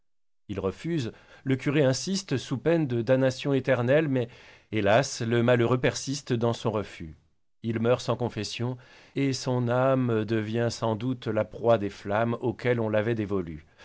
il refuse le curé insiste sous peine de damnation éternelle mais hélas le malheureux persiste dans son refus il meurt sans confession et son âme devient sans doute la proie des flammes auxquelles on l'avait dévolue